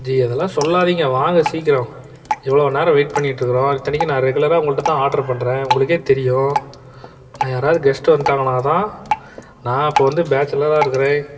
G அதெல்லாம் சொல்லாதீங்க வாங்க சீக்கிரம் இவ்வளோ நேரம் வெயிட் பண்ணிக்கிட்டிருக்குறோம் இத்தனைக்கும் நான் ரெகுலராக உங்கள்கிட்டதான் ஆர்டர் பண்ணுறேன் உங்களுக்கே தெரியும் நான் யாராவது கெஸ்ட் வந்துவிட்டாங்கனாதான் நான் அப்போ வந்து பேச்சிலராக இருக்கிறேன்